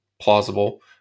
plausible